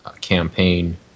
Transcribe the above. campaign